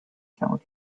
showed